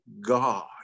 God